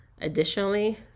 Additionally